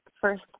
First